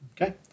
Okay